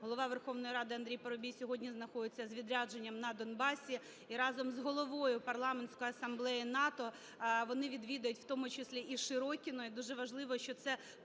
Голова Верховної Ради АндрійПарубій сьогодні знаходиться з відрядженням на Донбасі. І разом з Головою Парламентської асамблеї НАТО вони відвідають в тому числі і Широкине.